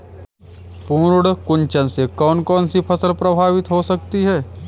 पर्ण कुंचन से कौन कौन सी फसल प्रभावित हो सकती है?